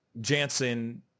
Jansen